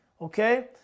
okay